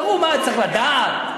מה, אני צריך לדעת?